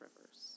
Rivers